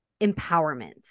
empowerment